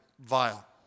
vile